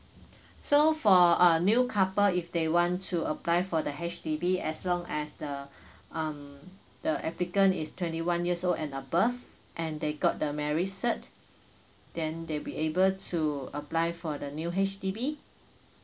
so for a new couple if they want to apply for the H_D_B as long as the um the applicant is twenty one years old and above and they got the marry cert then they'll be able to apply for the new H_D_B